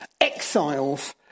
exiles